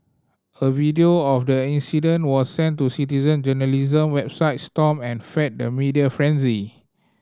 a video of the incident was sent to citizen journalism website Stomp and fed the media frenzy